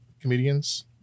comedians